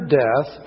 death